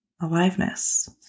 aliveness